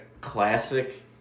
classic